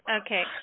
Okay